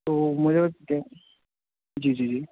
تو مجھے جی جی جی